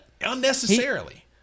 unnecessarily